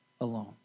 alone